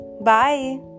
Bye